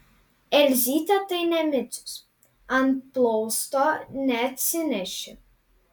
elzytė tai ne micius ant plausto neatsineši